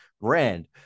brand